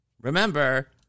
remember